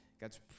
God's